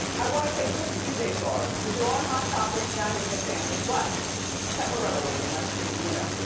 i wanna say good for you, daeshard, cause you're on hot topics, now you're in the family, but temporarily, unless you, you know,